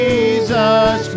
Jesus